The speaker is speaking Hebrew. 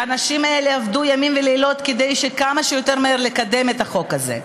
והאנשים האלה עבדו ימים ולילות כדי כמה שיותר מהר לקדם את החוק הזה,